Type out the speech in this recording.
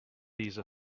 these